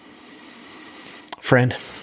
Friend